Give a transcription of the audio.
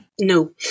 No